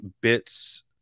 bits